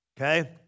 Okay